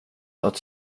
att